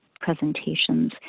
presentations